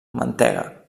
mantega